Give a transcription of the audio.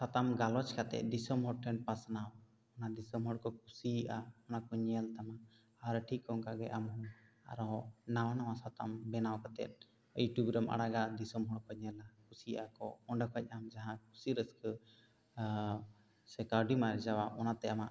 ᱥᱟᱛᱟᱢ ᱜᱟᱞᱚᱪ ᱠᱟᱛᱮ ᱫᱤᱥᱚᱢ ᱦᱚᱲ ᱴᱷᱮᱱ ᱯᱟᱥᱱᱟᱣ ᱟᱨ ᱫᱤᱥᱟᱹᱢ ᱦᱚᱲ ᱠᱚ ᱠᱩᱥᱤᱭᱟᱜᱚᱟ ᱚᱱᱟ ᱠᱚ ᱧᱮᱞ ᱛᱟᱢᱟ ᱟᱨ ᱴᱷᱤᱠ ᱚᱱᱠᱟ ᱜᱮ ᱟᱢ ᱦᱚᱸ ᱟᱨ ᱦᱚᱸ ᱱᱟᱣᱟ ᱱᱟᱣᱟ ᱥᱟᱛᱟᱢ ᱵᱮᱱᱟᱣ ᱠᱟᱛᱮ ᱭᱩᱴᱤᱭᱩᱵᱽ ᱨᱮᱠᱚ ᱟᱲᱟᱜᱟ ᱫᱤᱥᱚᱢ ᱦᱚᱲ ᱠᱚ ᱧᱮᱞᱟ ᱠᱩᱥᱤᱭᱟᱜᱼᱟ ᱠᱟᱱᱟ ᱚᱸᱰᱮ ᱠᱷᱚᱱ ᱟᱢ ᱡᱟᱦᱟᱸ ᱠᱩᱥᱤ ᱨᱟᱹᱥᱠᱟᱹ ᱥᱮ ᱠᱟᱹᱣᱰᱤᱢ ᱟᱨᱡᱟᱣᱟ ᱚᱱᱟᱛᱮ ᱟᱢᱟᱜ